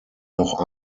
noch